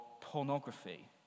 pornography